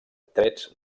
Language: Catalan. trets